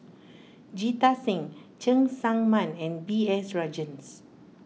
Jita Singh Cheng Tsang Man and B S Rajhans